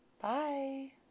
Bye